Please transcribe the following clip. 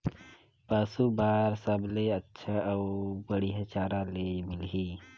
पशु बार सबले अच्छा अउ बढ़िया चारा ले मिलही?